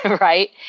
right